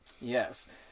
Yes